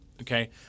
Okay